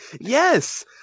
Yes